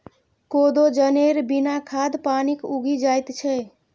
कोदो जनेर बिना खाद पानिक उगि जाएत छै